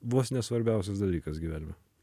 vos ne svarbiausias dalykas gyvenime